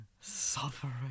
Suffering